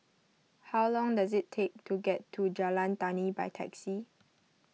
how long does it take to get to Jalan Tani by taxi